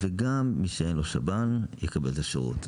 בשב"ן, וגם מי שאין לו שב"ן יקבל את השירות.